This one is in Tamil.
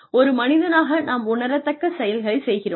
ஒரு மனிதனாக நாம் உணரத்தக்க செயல்களைச் செய்கிறோம்